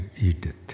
Edith